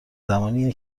زمانیه